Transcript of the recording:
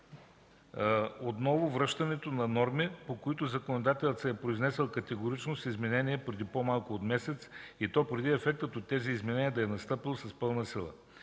връщането на норми, по които законодателят се е произнесъл категорично с изменения преди по-малко от месец, и то преди ефектът от тези изменения да е настъпил с пълна сила.